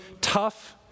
tough